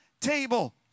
table